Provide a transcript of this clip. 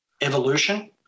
evolution